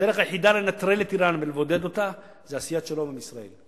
הדרך היחידה לנטרל את אירן ולבודד אותה היא עשיית שלום עם ישראל,